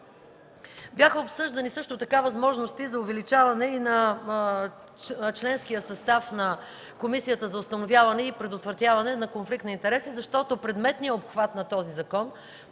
Бяха обсъждани също така и възможности за увеличаване на членския състав на Комисията за установяване и предотвратяване на конфликт на интереси, защото предметният обхват на този закон,